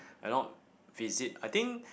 and not visit I think